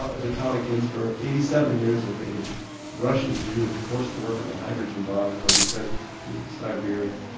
ah vitali ginsburg, eighty seven years of age, a russian jew, forced to work on the hydrogen bomb or be sent to siberia.